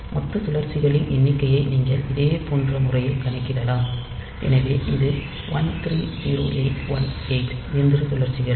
மொத்த சுழற்சிகளின் எண்ணிக்கையை நீங்கள் இதேபோன்ற முறையில் கணக்கிடலாம் எனவே இது 130818 இயந்திர சுழற்சிகள்